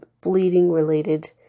bleeding-related